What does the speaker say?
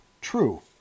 true